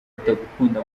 atagukunda